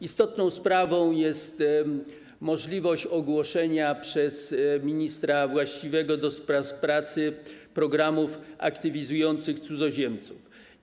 Istotną sprawą jest możliwość ogłoszenia przez ministra właściwego do spraw pracy programów aktywizujących cudzoziemców.